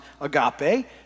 agape